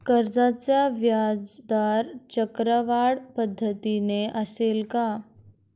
कर्जाचा व्याजदर चक्रवाढ पद्धतीने असेल का?